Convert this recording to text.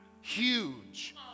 Huge